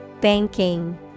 Banking